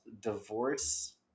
divorce